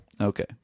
Okay